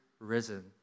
risen